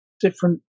different